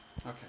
okay